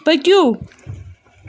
پٔکِو